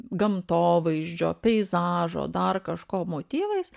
gamtovaizdžio peizažo dar kažko motyvais